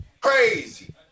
crazy